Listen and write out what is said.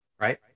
Right